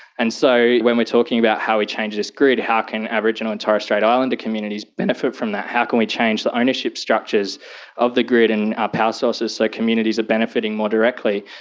and so when we're talking about how we change this grid, how can aboriginal and torres strait islander communities benefit from that, how can we change the ownership structures of the grid and our power sources so communities are benefiting more directly,